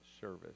service